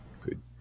good